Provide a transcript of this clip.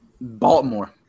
Baltimore